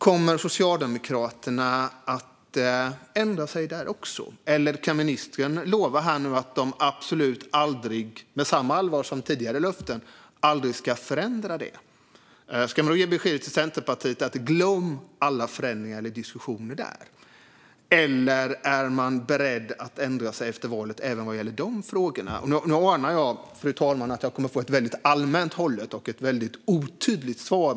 Kommer Socialdemokraterna att ändra sig där också, eller kan ministern lova, med samma allvar som vid tidigare löften, att man absolut aldrig ska förändra det? Ska man då ge beskedet till Centerpartiet att de kan glömma alla sådana förändringar och diskussioner, eller är man beredd att ändra sig efter valet även när det gäller dessa frågor? Nu anar jag, fru talman, att jag kommer att få ett väldigt allmänt hållet och väldigt otydligt svar.